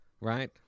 right